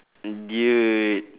dude